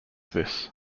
this